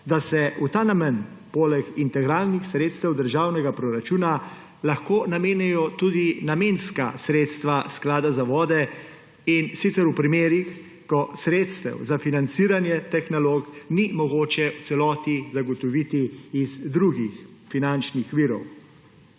da se v ta namen poleg integralnih sredstev državnega proračuna lahko namenijo tudi namenska sredstva Sklada za vode, in sicer v primerih, ko sredstev za financiranje teh nalog ni mogoče v celoti zagotoviti iz drugih finančnih virov.